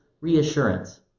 reassurance